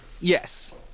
Yes